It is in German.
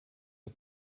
der